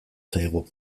zaigu